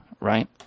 right